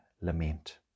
lament